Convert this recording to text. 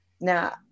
Now